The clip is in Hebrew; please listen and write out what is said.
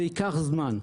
זה ייקח זמן.